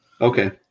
Okay